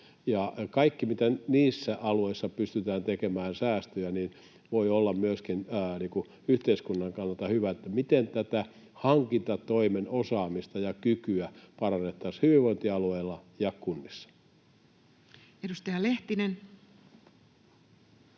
kaikki, mitä niissä alueissa pystytään tekemään säästöjä, voi olla myöskin yhteiskunnan kannalta hyvä, miten tätä hankintatoimen osaamista ja kykyä parannettaisiin hyvinvointialueilla ja kunnissa. Edustaja Lehtinen.